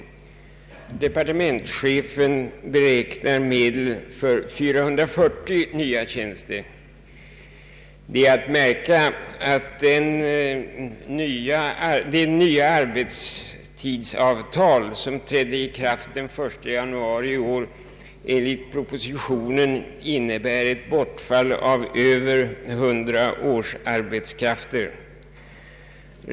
Departementschefen beräknar medel för 440 nya tjänster. Det är att märka att det nya arbetstidsavtal som trädde i kraft den 1 januari i år enligt propositionen innebär ett bortfall av över 100 årsarbetskrafter.